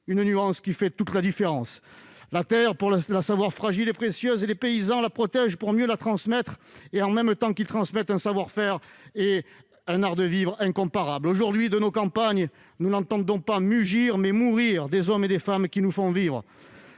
nuance qui fait toute la différence ! La sachant fragile et précieuse, les paysans protègent la terre pour mieux la transmettre, en même temps qu'ils transmettent un savoir-faire et un art de vivre incomparables. Aujourd'hui, dans nos campagnes, nous entendons non pas mugir, mais mourir des hommes et des femmes qui nous font vivre.